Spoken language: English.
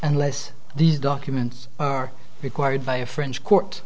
unless these documents are required by a french court